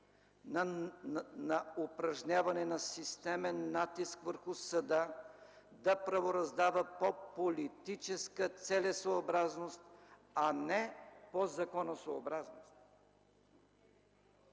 на упражняване на системен натиск върху съда да правораздава по политическа целесъобразност, а не по законосъобразност.